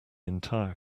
entire